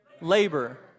labor